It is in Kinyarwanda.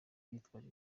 bitwaje